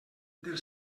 del